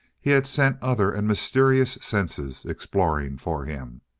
he had sent other and mysterious senses exploring for him.